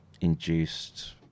induced